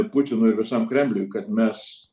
putinui ir visam kremliui kad mes